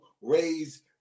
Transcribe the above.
raise